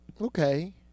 Okay